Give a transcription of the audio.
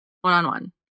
one-on-one